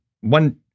one